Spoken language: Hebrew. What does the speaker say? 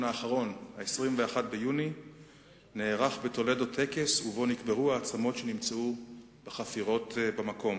לאחר נאומו של ראש הממשלה נתניהו באוניברסיטת בר-אילן לפני